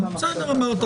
בעל-פה.